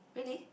really